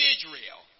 Israel